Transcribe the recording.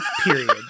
Period